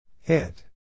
Hit